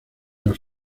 los